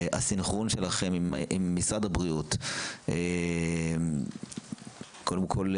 הסנכרון שלכם עם משרד הבריאות קודם כול,